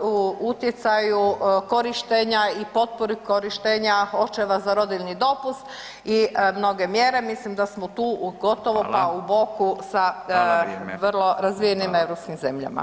u utjecaju korištenja i potpori korištenja očeva za rodiljni popust i mnoge mjere, mislim da smo tu u gotovo pa [[Upadica: Fala]] u boku sa [[Upadica: Fala, vrijeme]] vrlo razvijenim europskim zemljama.